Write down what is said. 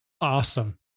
awesome